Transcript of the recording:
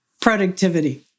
productivity